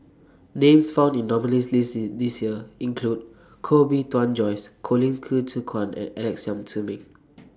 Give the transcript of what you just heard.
Names found in The nominees' list This Year include Koh Bee Tuan Joyce Colin Qi Zhe Quan and Alex Yam Ziming